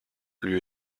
lui